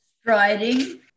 striding